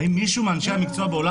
האם ישבתם עם מישהו מאנשי המקצוע בעולם